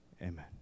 amen